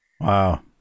Wow